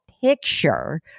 picture